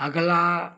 अगला